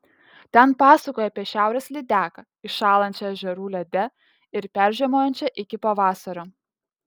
ten pasakojai apie šiaurės lydeką įšąlančią ežerų lede ir peržiemojančią iki pavasario